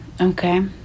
Okay